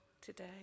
today